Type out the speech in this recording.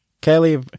Kelly